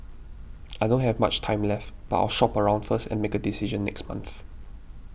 I don't have much time left but I'll shop around first and make a decision next month